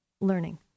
learning